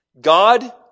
God